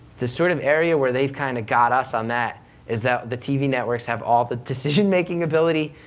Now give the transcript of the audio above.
the sort of area where they've kind of got us on that is that the tv networks have all the decision making ability,